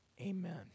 Amen